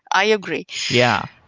i agree. yeah.